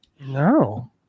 No